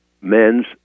men's